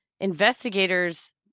investigators